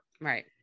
Right